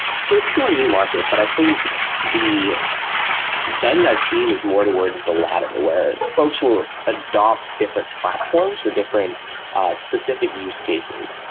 so it's a still new market, but i think the bend i've seen is more towards the latter, where folks will adapt different platforms or different specific use cases.